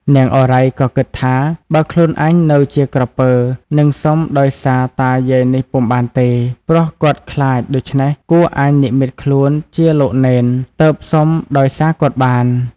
នាងឱរ៉ៃ ក៏គិតថា " បើខ្លួនអញនៅជាក្រពើ នឹងសុំដោយសារតាយាយនេះពុំបានទេ ព្រោះគាត់ខ្លាច ដូច្នេះ គួរអញនិម្មិតខ្លួនជាលោកនេន ទើបសុំដោយ សារគាត់បាន " ។